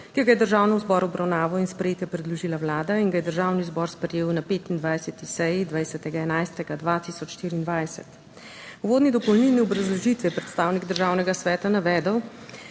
ki ga je Državnemu zboru v obravnavo in sprejetje predložila Vlada in ga je Državni zbor sprejel na 25. seji 20. 11. 2024. V uvodni dopolnilni obrazložitvi je predstavnik Državnega sveta navedel,